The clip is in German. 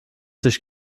sich